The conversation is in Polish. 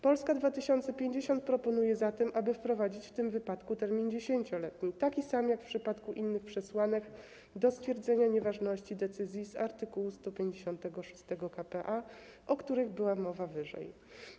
Polska 2050 proponuje zatem, aby wprowadzić w tym wypadku termin 10-letni, taki sam jak w przypadku innych przesłanek stwierdzenia nieważności decyzji z art. 156 k.p.a., o których była wcześniej mowa.